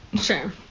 Sure